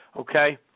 Okay